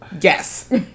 yes